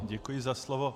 Děkuji za slovo.